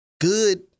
good